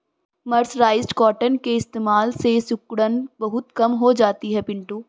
mercerised cotton के इस्तेमाल से सिकुड़न बहुत कम हो जाती है पिंटू